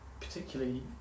particularly